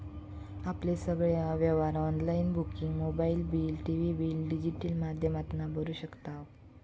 आपले सगळे व्यवहार online booking mobile bill, TV bill digital माध्यमातना भरू शकताव